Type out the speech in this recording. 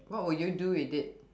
what will you do with it